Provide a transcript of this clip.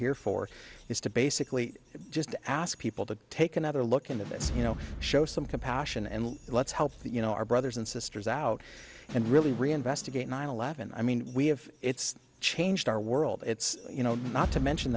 here for is to basically just ask people to take another look into this you know show some compassion and let's help that you know our brothers and sisters out and really reinvestigate nine eleven i mean we have it's changed our world it's you know not to mention